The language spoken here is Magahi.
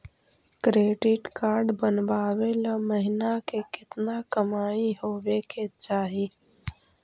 क्रेडिट कार्ड बनबाबे ल महीना के केतना कमाइ होबे के चाही?